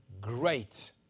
great